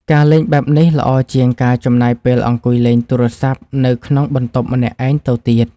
ការលេងបែបនេះល្អជាងការចំណាយពេលអង្គុយលេងទូរស័ព្ទនៅក្នុងបន្ទប់ម្នាក់ឯងទៅទៀត។